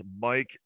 mike